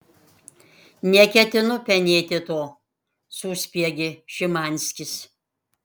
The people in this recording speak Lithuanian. neketinu penėti to suspiegė šimanskis